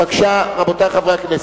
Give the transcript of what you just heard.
בבקשה, רבותי חברי הכנסת,